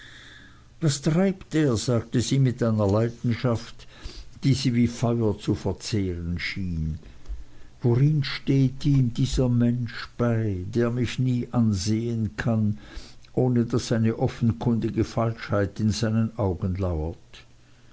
was treibt er sagte sie mit einer leidenschaft die sie wie feuer zu verzehren schien worin steht ihm dieser mensch bei der mich nie ansehen kann ohne daß eine offenkundige falschheit in seinen augen lauert